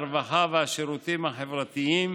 הרווחה והשירותים החברתיים